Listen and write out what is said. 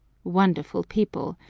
wonderful people!